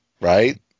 right